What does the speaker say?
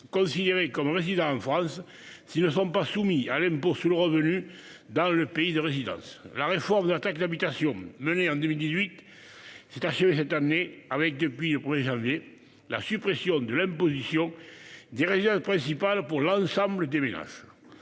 considérés comme résidant en France s'ils ne sont pas soumis à l'impôt sur le revenu dans leur pays de résidence. La réforme de la taxe d'habitation, lancée en 2018, s'est achevée cette année avec, depuis le 1 janvier, la suppression de l'imposition sur les résidences principales pour l'ensemble des ménages.